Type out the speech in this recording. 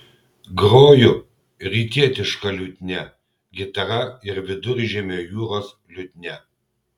groju rytietiška liutnia gitara ir viduržemio jūros liutnia